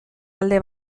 alde